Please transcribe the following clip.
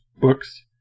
books